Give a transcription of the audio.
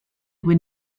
cui